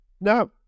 now